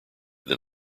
than